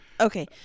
Okay